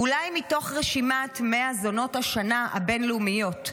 "אולי מתוך רשימת 100 זונות השנה הבין-לאומיות.